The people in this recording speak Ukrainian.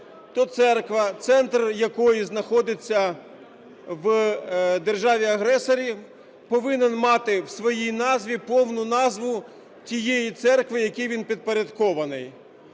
центр якої знаходиться в державі-агресорі, повинен мати в своїй назві повну назву тієї церкви, якій він підпорядкований.